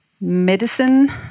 medicine